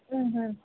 ಹಾಂ ಹಾಂ